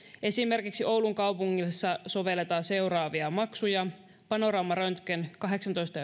esimerkiksi oulun kaupungissa sovelletaan seuraavia maksuja panoraamaröntgen kahdeksantoista